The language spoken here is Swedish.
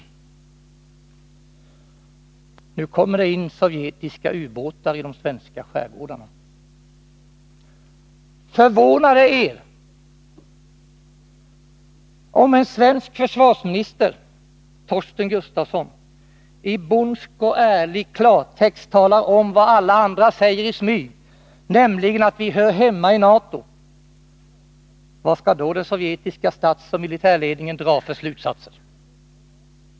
Nu kommer det in sovjetiska ubåtar i de svenska skärgårdarna. Förvånar det er? Om en svensk försvarsminister, Torsten Gustafsson, i bondsk och ärlig klartext talar om vad alla andra säger i smyg, nämligen att vi hör hemma i NATO, vad skall då den sovjetiska statsoch militärledningen dra för slutsatser?